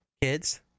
kids